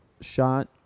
shot